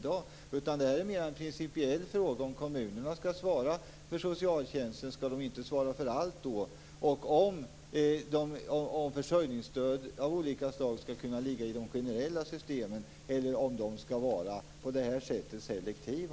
Här är det mera en principiell fråga. Om kommunerna skall svara för socialtjänsten, skall de då inte svara för allt? Skall försörjningsstöd av olika slag kunna ligga i de generella systemen eller skall de vara selektiva?